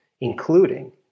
including